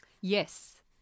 Yes